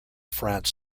france